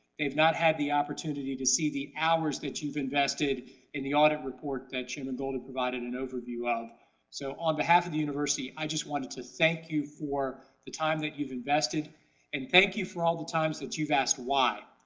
they've not had the opportunity to see the hours that you've invested in the audit report that chairman goldman provided in an overview. so on behalf of the university i just wanted to thank you for the time that you've invested and thank you for all the times that you've asked why.